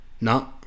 No